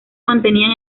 mantenían